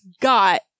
got